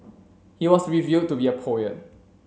he was revealed to be a poet